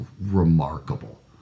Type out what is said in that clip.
remarkable